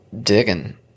digging